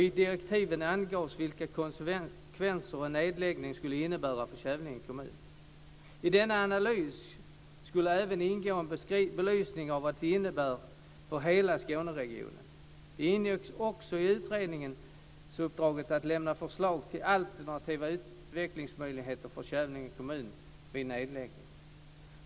I direktiven angavs att man skulle utreda vilka konsekvenser en nedläggning skulle innebära för Kävlinge kommun. I denna analys skulle även ingå en belysning av vad det innebär för hela Skåneregionen. Det ingick också i utredningsuppdraget att lämna förslag till alternativa utvecklingsmöjligheter för Kävlinge kommun vid nedläggning.